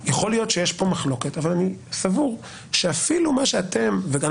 להיות שיש כאן מחלוקת אבל אני סבור שאפילו מה שאתם ואני